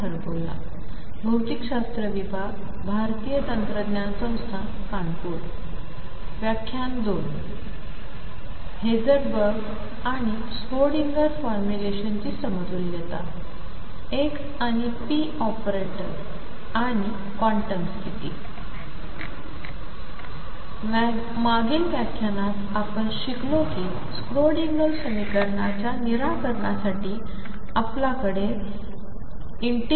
Heisenberg आणि Schrodinger फॉर्म्युलेशनची समतुल्यता एक्स आणि पी ऑपरेटर आणि क्वांटम स्थिती मागील व्याख्यानात आपण शिकलो कि स्क्रोडिंगर समीकरणाच्या निराकरणासाठी आपल्याकडे ∫mndxmn